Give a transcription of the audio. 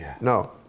No